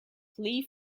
pli